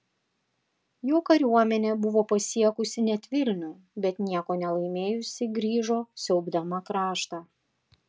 jo kariuomenė buvo pasiekusi net vilnių bet nieko nelaimėjusi grįžo siaubdama kraštą